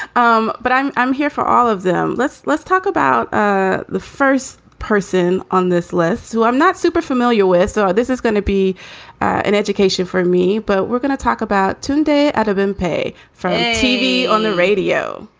um but i'm i'm here for all of them. let's let's talk about ah the first person on this list so i'm not super familiar with. so this is going to be an education for me. but we're going to talk about tuesday out of it. um pay for tv on the radio.